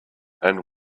and